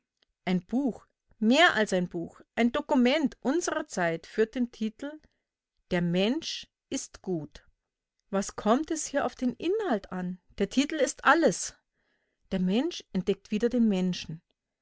ein buch mehr als ein buch ein dokument unserer zeit führt den titel der mensch ist gut was kommt es hier auf den inhalt an der titel ist alles der mensch entdeckt wieder den menschen